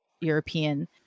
European